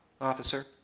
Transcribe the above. officer